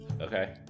Okay